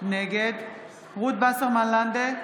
נגד רות וסרמן לנדה,